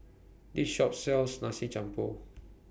This Shop sells Nasi Campur